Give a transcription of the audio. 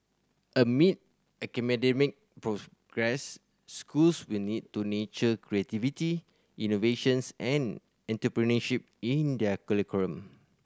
amid academic progress schools will need to nurture creativity innovations and entrepreneurship in their curriculum